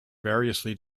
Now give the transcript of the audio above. variously